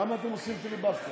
למה אתם עושים פיליבסטר?